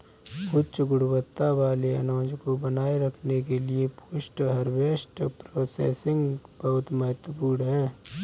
उच्च गुणवत्ता वाले अनाज को बनाए रखने के लिए पोस्ट हार्वेस्ट प्रोसेसिंग बहुत महत्वपूर्ण है